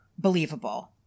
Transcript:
believable